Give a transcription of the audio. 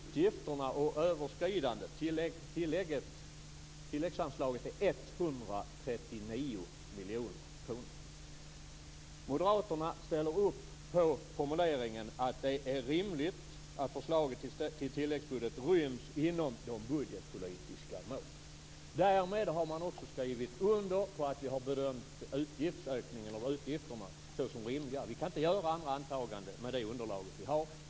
Fru talman! Utgifterna och överskridandet i tilläggsanslaget är 139 miljoner kronor. Moderaterna ställer upp på formuleringen att det är rimligt att förslaget till tilläggsbudget ryms inom de budgetpolitiska målen. Därmed har man också skrivit under på att vi har bedömt utgiftsökningen och utgifterna såsom rimliga. Vi kan inte göra andra antaganden med det underlag vi har.